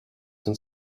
and